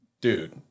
Dude